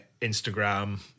instagram